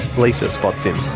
lisa spots him.